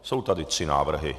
Jsou tady tři návrhy.